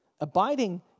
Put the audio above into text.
Abiding